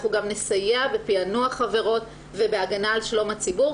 אנחנו גם נסייע בפענוח עבירות ובהגנה על שלום הציבור,